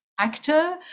actor